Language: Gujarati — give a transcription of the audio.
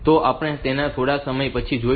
તો આપણે તેને થોડા સમય પછી જોઈશું